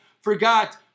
forgot